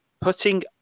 putting